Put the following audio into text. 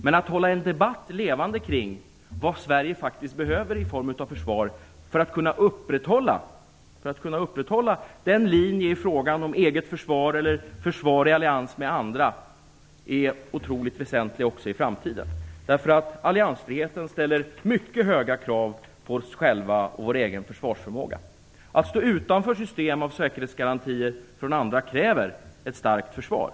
Men att hålla en debatt levande kring vad Sverige faktiskt behöver i form av försvar för att kunna upprätthålla den linje i frågan om eget försvar eller försvar i allians med andra är otroligt väsentligt också i framtiden. Alliansfriheten ställer mycket höga krav på oss själva och vår egen försvarsförmåga. Att stå utanför system av säkerhetsgarantier från andra kräver ett starkt försvar.